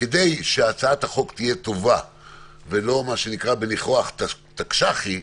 כדי שהצעת החוק תהיה טובה ולא בניחוח תקש"חי,